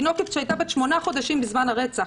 תינוקת שהייתה בת שמונה חודשים בזמן הרצח,